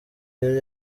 yari